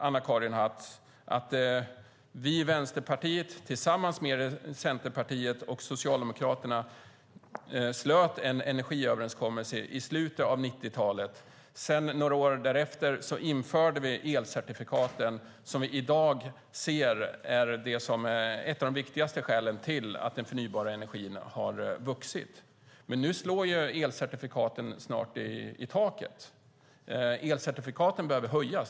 Anna-Karin Hatt vet ju att vi i Vänsterpartiet tillsammans med Centerpartiet och Socialdemokraterna slöt en energiöverenskommelse i slutet av 90-talet. Några år därefter införde vi elcertifikaten som vi i dag ser är ett av de viktigaste skälen till att den förnybara energin har vuxit. Nu slår dock elcertifikaten snart i taket. Elcertifikaten behöver höjas.